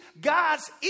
God's